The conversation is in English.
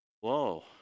Whoa